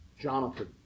Jonathan